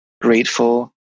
grateful